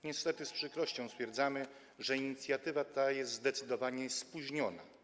Niestety z przykrością stwierdzamy, że inicjatywa ta jest zdecydowanie spóźniona.